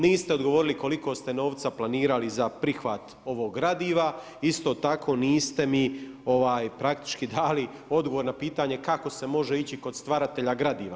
Niste odgovorili koliko ste novca planirali za prihvat ovog gradiva, isto tako niste mi praktički dali odgovor na pitanje kako se može ići kod stvaratelja gradiva.